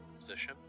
position